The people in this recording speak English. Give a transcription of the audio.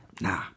Nah